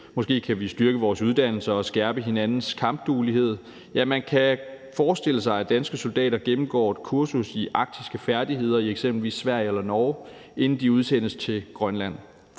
måske kan vi styrke vores uddannelser og skærpe hinandens kampduelighed – ja, man kan forestille sig, at danske soldater gennemgår et kursus i arktiske færdigheder i eksempelvis Sverige eller Norge, inden de udsendes til Grønland.